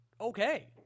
okay